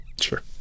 Sure